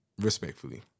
Respectfully